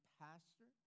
pastor